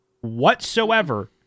whatsoever